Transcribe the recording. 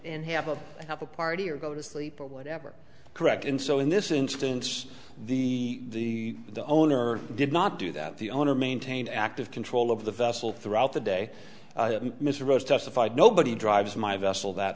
and have a have a party or go to sleep or whatever correct in so in this instance the the owner did not do that the owner maintained active control of the vessel throughout the day mr rose testified nobody drives my vessel that